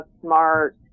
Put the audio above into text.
smart